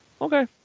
okay